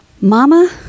Mama